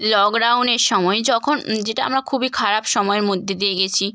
লকডাউনের সময় যখন যেটা আমরা খুবই খারাপ সময়ের মধ্যে দিয়ে গিয়েছি